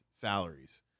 salaries